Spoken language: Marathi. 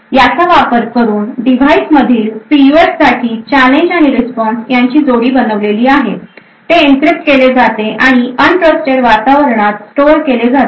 याचा वापर करुन डिव्हाइस मधील पी यु एफ साठी चॅलेंज आणि रिस्पॉन्स यांची जोडी बनवलेली आहे ते एनक्रिप्ट केले जाते आणि अनत्रस्तेड वातावरणात स्टोअर केले जाते